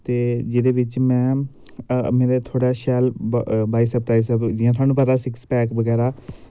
ते जेह्दे बिच्च मैं अपने तों थोह्ड़ा शैल जियां थुहानू पता सिक्स पैक बगैरा